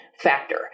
factor